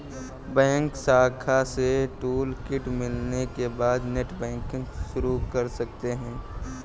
bank शाखा से toolkit मिलने के बाद नेटबैंकिंग शुरू कर सकते है